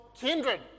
kindred